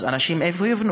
אז איפה יבנו